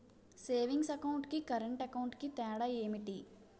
Savings account కి current account కి తేడా ఏమిటి?